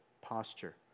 posture